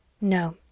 No